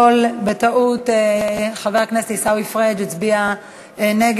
בטעות חבר הכנסת עיסאווי פריג' הצביע נגד,